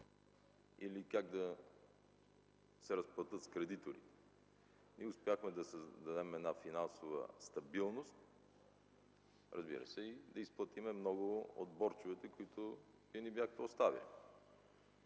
или как да се разплатят с кредитори. Ние успяхме да създадем една финансова стабилност, разбира се, да изплатим и много от борчовете, които ни бяхте оставили.